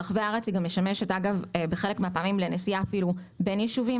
ברחבי הארץ היא גם משמשת בחלק מהפעמים לנסיעה אפילו בין יישובים.